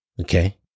Okay